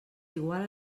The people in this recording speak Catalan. iguala